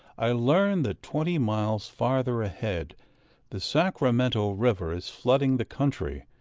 i learn that twenty miles farther ahead the sacramento river is flooding the country,